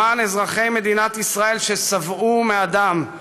למען אזרחי מדינת ישראל ששבעו מדם,